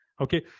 okay